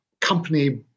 company